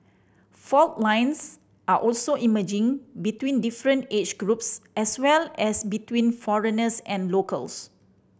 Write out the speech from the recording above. fault lines are also emerging between different age groups as well as between foreigners and locals